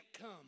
come